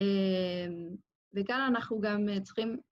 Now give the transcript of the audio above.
אממ.. וכאן אנחנו גם צריכים...